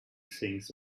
things